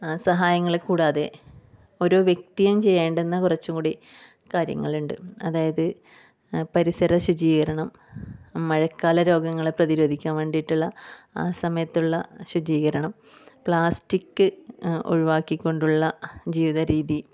സഹായങ്ങൾ കൂടാതെ ഒരു വ്യക്തിയും ചെയ്യേണ്ടുന്ന കുറച്ചുകൂടി കാര്യങ്ങളുണ്ട് അതായത് പരിസര ശുചീകരണം മഴക്കാല രോഗങ്ങളെ പ്രതിരോധിക്കാൻ വേണ്ടിയിട്ടുള്ള ആ സമയത്തുള്ള ശുചീകരണം പ്ളാസ്റ്റിക് ഒഴുവാക്കികൊണ്ടുള്ള ജീവിത രീതി